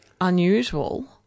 unusual